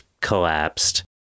collapsed